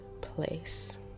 place